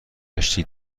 کشتی